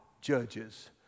judges